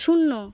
শূন্য